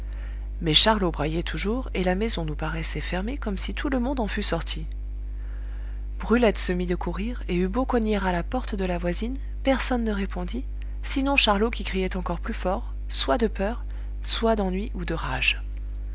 mais charlot braillait toujours et la maison nous paraissait fermée comme si tout le monde en fût sorti brulette se mit de courir et eut beau cogner à la porte de la voisine personne ne répondit sinon charlot qui criait encore plus fort soit de peur soit d'ennui ou de rage